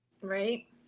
Right